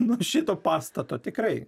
nuo šito pastato tikrai